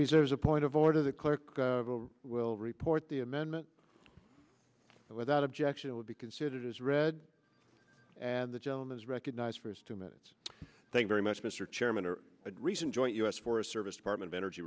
reserve a point of order the clerk will report the amendment without objection would be considered as read and the gentleman is recognized for his two minutes i think very much mr chairman or reason join us for a service department of energy